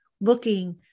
looking